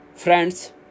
Friends